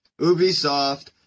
Ubisoft